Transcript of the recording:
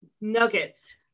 nuggets